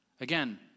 Again